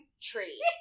Tree